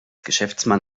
geschäftsmann